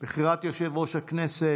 בסדר-היום: בחירת יושב-ראש הכנסת.